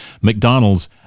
McDonald's